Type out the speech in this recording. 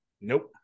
Nope